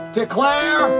declare